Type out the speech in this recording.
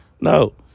No